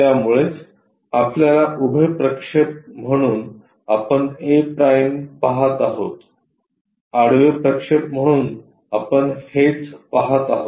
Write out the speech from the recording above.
त्यामुळेच आपल्याला उभे प्रक्षेप म्हणून आपण a' पहात आहोत आडवे प्रक्षेप म्हणून आपण हेच पहात आहोत